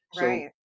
Right